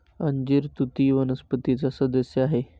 अंजीर तुती वनस्पतीचा सदस्य आहे